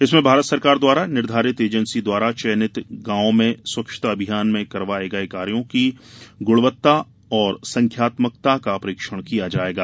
इसमें भारत सरकार द्वारा निर्घारित एजेंसी द्वारा चयनित ग्रामों में स्वच्छता अभियान में करवाये गये कार्यों की गुणात्मकता और संख्यात्मकता का परीक्षण किया जायेगा